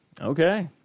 Okay